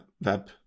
web